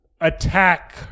attack